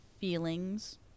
feelings